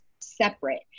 separate